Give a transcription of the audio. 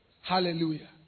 Hallelujah